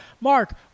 Mark